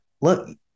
look